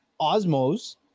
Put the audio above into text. Osmos